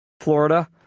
Florida